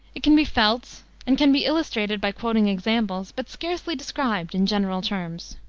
it can be felt and can be illustrated by quoting examples, but scarcely described in general terms.